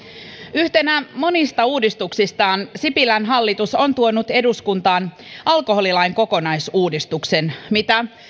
yhtenä monista uudistuksistaan sipilän hallitus on tuonut eduskuntaan alkoholilain kokonaisuudistuksen mitä